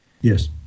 Yes